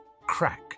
crack